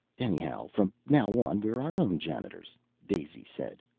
anyhow, from now on we're our own janitors, daisy said.